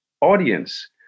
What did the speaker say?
audience